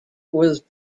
was